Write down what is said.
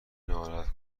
ناراحت